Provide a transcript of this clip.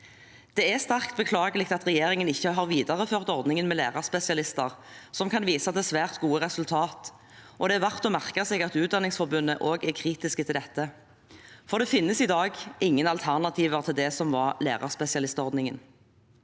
Det er sterkt beklagelig at regjeringen ikke har videreført ordningen med lærerspesialister, som kan vise til svært gode resultater. Det er verdt å merke seg at Utdanningsforbundet også er kritisk til dette. Det finnes i dag ingen alternativer til lærerspesialistordningen.